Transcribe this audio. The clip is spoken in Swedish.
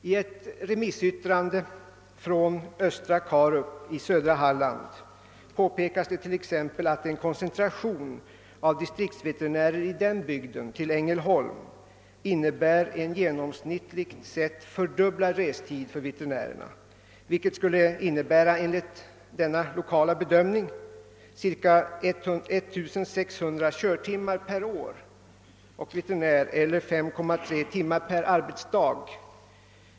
I ett remissyttrande från Östra Karup i södra Halland påpekas t.ex. att en koncentration av distriktsveterinärer i den bygden till ängelholm innebär en genomsnittligt sett fördubblad restid, vilket skulle innebära, enligt denna lokala bedömning, cirka 1600 körtimmar per år och veterinär eller 5,3 timmar per arbetsdag.